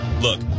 Look